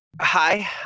Hi